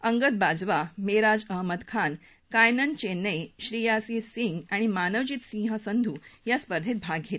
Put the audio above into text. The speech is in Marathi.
अंगद बाजवा मेराज अहमद खान कायनन चेनई श्रेयासी सिंग आणि मानवजीत सिंह संधू या स्पधेंत भाग घेत आहेत